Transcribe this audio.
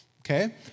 Okay